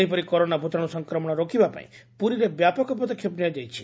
ସେହିପରି କରୋନା ଭୂତାଶୁ ସଂକ୍ରମଶ ରୋକିବା ପାଇଁ ପୁରୀରେ ବ୍ୟାପକ ପଦକ୍ଷେପ ନିଆଯାଇଛି